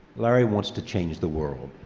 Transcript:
larry wants to change the world,